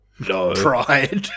pride